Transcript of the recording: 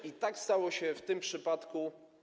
I tak stało się w tym przypadku.